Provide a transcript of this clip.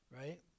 right